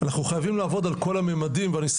אנחנו חייבים לעבוד על כל הממדים ואני